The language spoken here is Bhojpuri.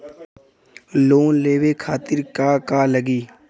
लोन लेवे खातीर का का लगी?